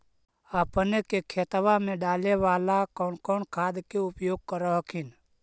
अपने के खेतबा मे डाले बाला कौन कौन खाद के उपयोग कर हखिन?